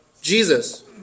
Jesus